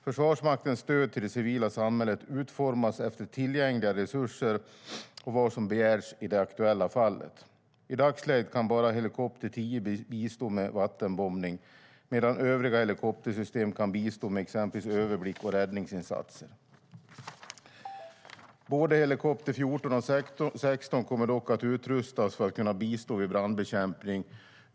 Försvarsmaktens stöd till det civila samhället utformas efter tillgängliga resurser och vad som begärs i det aktuella fallet. I dagsläget kan bara helikopter 10 bistå med vattenbombning, medan övriga helikoptersystem kan bistå med exempelvis överblick och räddningsinsatser. Både helikopter 14 och 16 kommer dock att utrustas för att kunna bistå vid brandbekämpning.